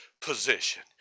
position